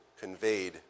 conveyed